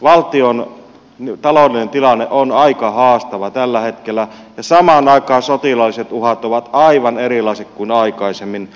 valtion taloudellinen tilanne on aika haastava tällä hetkellä ja samaan aikaan sotilaalliset uhat ovat aivan erilaiset kuin aikaisemmin